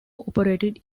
operated